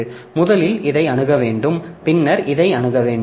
எனவே முதலில் இதை அணுக வேண்டும் பின்னர் இதை அணுக வேண்டும்